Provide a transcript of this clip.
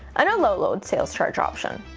and a low load sales charge option.